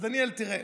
אז דניאל, תראה,